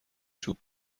چوب